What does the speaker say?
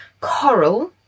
coral